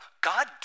God